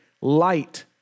Light